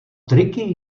triky